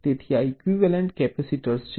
તેથી આ equivalent capacitors છે